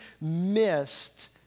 missed